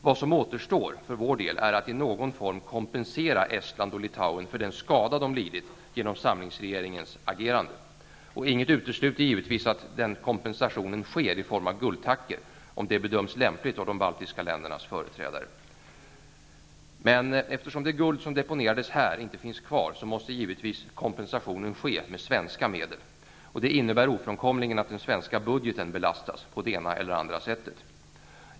Vad som återstår för vår del är att i någon form kompensera Estland och Litauen för den skada de lidit genom samlingsregeringens agerande. Ingenting utesluter givetvis att kompensationen sker i form av guldtackor, om detta bedöms lämpligt av de baltiska ländernas företrädare. Eftersom det guld som deponerats här inte finns kvar måste givetvis kompensationen ske med svenska medel. Det innebär ofrånkomligen att den svenska budgeten belastas på det ena eller andra sättet.